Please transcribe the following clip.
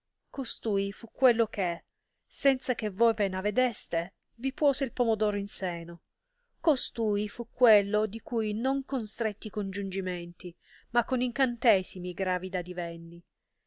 costui fu quello che senza che voi ve n avedeste vi puose il pomo d oro in seno costui fu quello di cui non con stretti congiungimenti ma con incantesimi gravida divenni